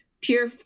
pure